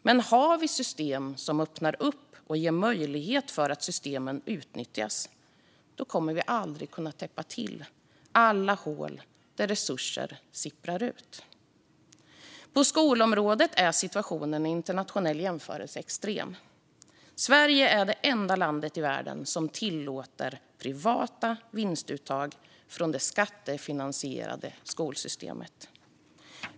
Men har vi system som öppnar och ger möjlighet för utnyttjande kommer vi aldrig att kunna täppa till alla hål där resurser sipprar ut. På skolområdet är situationen i internationell jämförelse extrem. Sverige är det enda landet i världen som tillåter privata vinstuttag från det skattefinansierade skolsystemet.